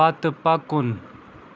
پتہٕ پکُن